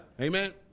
Amen